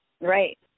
Right